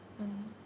mm